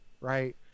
right